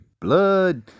blood